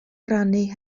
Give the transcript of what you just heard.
rannu